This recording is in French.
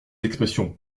expressions